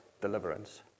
deliverance